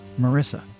Marissa